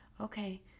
Okay